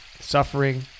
Suffering